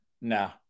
No